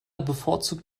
bevorzugt